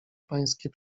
pańskie